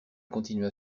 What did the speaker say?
continua